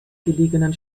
gelegenen